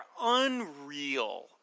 unreal